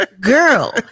girl